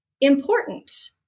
important